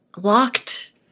locked